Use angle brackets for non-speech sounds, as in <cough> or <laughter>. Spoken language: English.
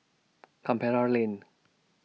<unintelligible> Lane